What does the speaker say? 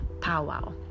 powwow